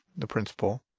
the principal,